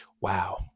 Wow